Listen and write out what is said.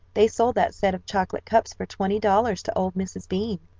they sold that set of chocolate cups for twenty dollars to old mrs. bean.